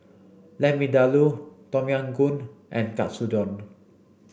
Lamb Vindaloo Tom Yam Goong and Katsudon